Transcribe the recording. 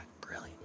brilliant